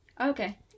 Okay